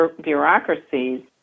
bureaucracies